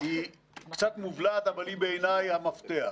היא קצת מובלעת אבל היא בעיניי המפתח.